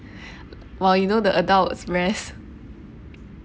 while you know the adults rest